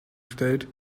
stellt